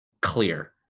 clear